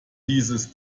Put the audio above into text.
dieses